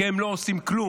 כי הם לא עושים כלום.